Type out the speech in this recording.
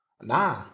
nah